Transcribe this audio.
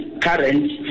current